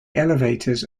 elevators